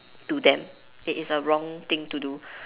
to them it is a wrong thing to do